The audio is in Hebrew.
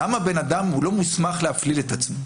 למה בן אדם לא מוסמך להפליל את עצמו.